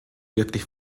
wirklich